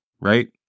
right